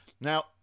Now